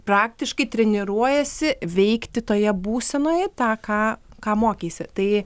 praktiškai treniruojiesi veikti toje būsenoje tą ką ką mokeisi tai